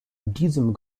diesem